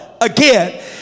again